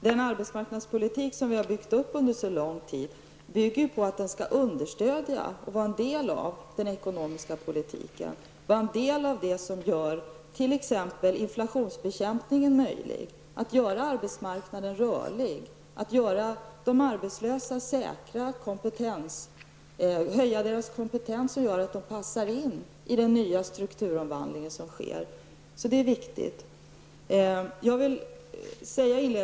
Den arbetsmarknadspolitik som vi har byggt upp under så lång tid bygger på att den skall understödja och vara en del av den ekonomiska politiken, vara en del av det som gör t.ex.inflationsbekämpningen möjlig, som gör arbetsmarknaden rörlig, som gör de arbetslösa säkra, och som höjer deras kompetens och som gör att de passar in i den nya strukturomvandling som sker. Det är viktigt.